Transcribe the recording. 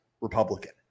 Republican